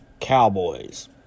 Cowboys